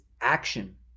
action